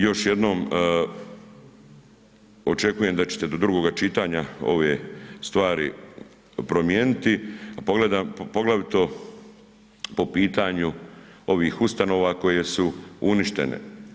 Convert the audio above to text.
Još jednom očekujem da ćete do drugoga čitanja ove stvari promijeniti, poglavito po pitanju ovih ustanova koje su uništene.